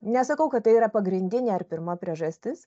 nesakau kad tai yra pagrindinė ar pirma priežastis